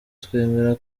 twemera